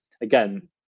again